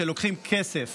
שלוקחים כסף